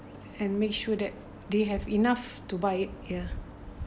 and make sure that they have enough to buy it ya